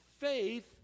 faith